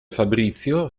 fabrizio